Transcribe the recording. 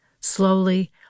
Slowly